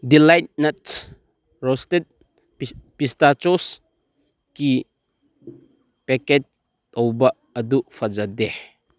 delight nuts roasted ꯄꯤꯁꯇꯥꯆꯣꯁꯀꯤ package ꯇꯧꯕ ꯑꯗꯨ ꯐꯖꯗꯦ